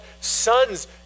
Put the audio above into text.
sons